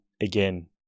again